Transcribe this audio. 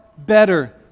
better